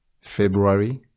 february